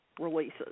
releases